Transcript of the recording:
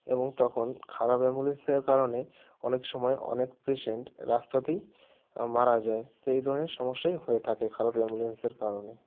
এবং তখন খারাপ অ্যাম্বুলেন্সের কারণে অনেক সময় অনেক পেসেন্ট রাস্তাতেই মারা যায় তো এই ধরনের সমস্যাই হয়ে থাকে খারাপ অ্যাম্বুলেন্সের কারণে